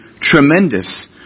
tremendous